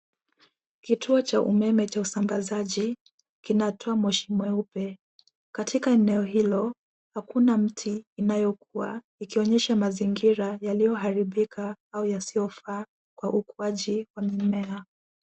Kituo cha umeme cha usambazaji kinatoa moshi mweupe. Katika eneo hilo, hakuna mti inayokua ikionyesha mazingira yaliyoharibika au yasiyofaa kwa ukuaji wa mimea.